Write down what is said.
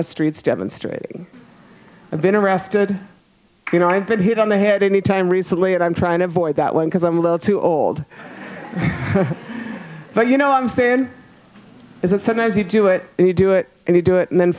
of streets demonstrating i've been arrested you know i've been hit on the head any time recently and i'm trying to avoid that one because i'm a little too old but you know i'm stan is that sometimes you do it and you do it and you do it and then